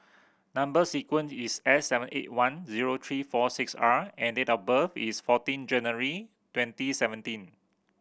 number sequence is S seven eight one zero three four six R and date of birth is fourteen January twenty seventeen